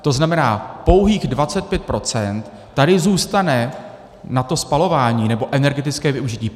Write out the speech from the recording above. To znamená, pouhých 25 % tady zůstane na to spalování nebo energetické využití.